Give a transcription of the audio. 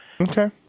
Okay